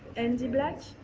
andy black